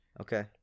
Okay